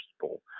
people